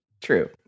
True